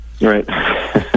Right